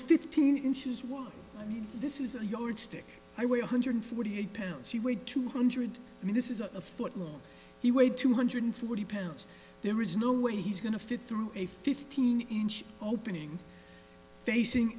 fifteen inches wide this is a yardstick i weigh one hundred forty eight pounds he weighed two hundred i mean this is a foot long he weighed two hundred forty pounds there is no way he's going to fit through a fifteen inch opening facing